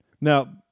Now